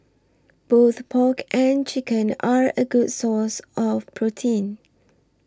both pork and chicken are a good source of protein